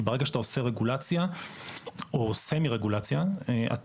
כי ברגע שאתה עושה רגולציה או סמי-רגולציה אתה